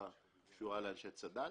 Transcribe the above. שהייתה קשורה לאנשי צד"ל,